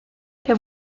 der